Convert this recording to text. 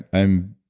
i'm